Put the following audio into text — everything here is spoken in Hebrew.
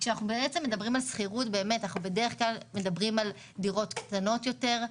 כשאנחנו מדברים על שכירות אנחנו מדברים בדרך כלל על דירות קטנות יותר,